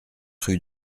rue